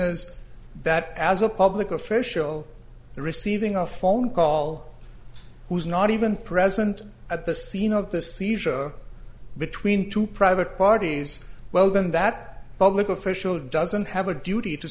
is that as a public official receiving a phone call who is not even present at the scene of the seizure between two private parties well then that public official doesn't have a duty to